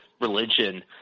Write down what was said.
religion